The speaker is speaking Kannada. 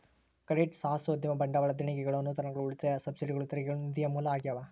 ಕ್ರೆಡಿಟ್ ಸಾಹಸೋದ್ಯಮ ಬಂಡವಾಳ ದೇಣಿಗೆಗಳು ಅನುದಾನಗಳು ಉಳಿತಾಯ ಸಬ್ಸಿಡಿಗಳು ತೆರಿಗೆಗಳು ನಿಧಿಯ ಮೂಲ ಆಗ್ಯಾವ